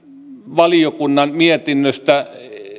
valiokunnan mietinnöstä